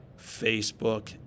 Facebook